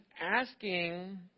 asking